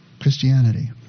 Christianity